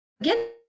again